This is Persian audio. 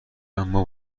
اما